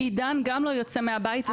עידן גם לא יוצא מהבית.